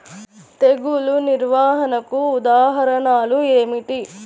తెగులు నిర్వహణకు ఉదాహరణలు ఏమిటి?